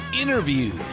Interviews